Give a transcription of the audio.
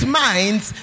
minds